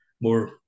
more